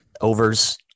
Overs